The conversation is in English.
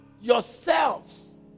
yourselves